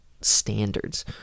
standards